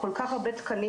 כל כך הרבה תקנים